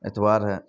اتوار ہے